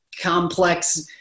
complex